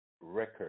record